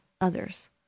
others